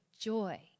joy